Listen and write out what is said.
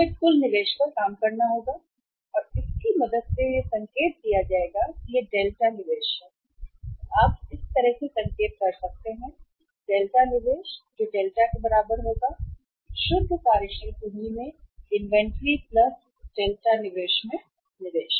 हमें कुल निवेश पर काम करना होगा और इसकी मदद से संकेत दिया जाएगा यह डेल्टा निवेश है आप इस तरह से संकेत कर सकते हैं डेल्टा निवेश जो डेल्टा के बराबर होगा शुद्ध कार्यशील पूंजी में इन्वेंट्री प्लस डेल्टा निवेश में निवेश